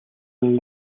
een